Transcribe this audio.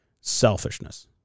selfishness